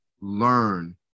learn